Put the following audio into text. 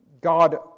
God